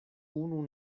unu